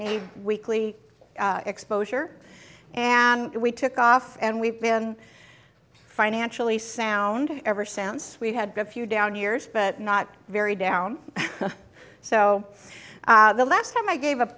need weekly exposure and we took off and we've been financially sound ever sence we had a few down years but not very down so the last time i gave a